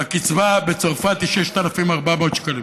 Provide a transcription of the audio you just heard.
הקצבה בצרפת היא 6,400 שקלים.